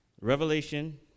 Revelation